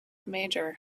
major